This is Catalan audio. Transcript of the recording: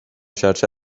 xarxa